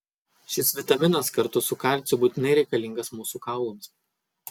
šis vitaminas kartu su kalciu būtinai reikalingas mūsų kaulams